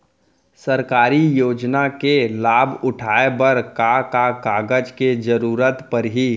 सरकारी योजना के लाभ उठाए बर का का कागज के जरूरत परही